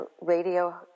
radio